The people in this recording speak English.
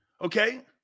Okay